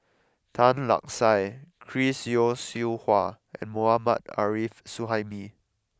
Tan Lark Sye Chris Yeo Siew Hua and Mohammad Arif Suhaimi